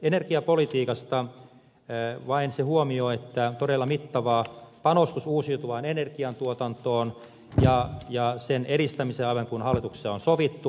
energiapolitiikasta vain se huomio että panostus uusiutuvaan energiantuotantoon ja sen edistämiseen on todella mittava aivan kuin hallituksessa on sovittu